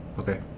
Okay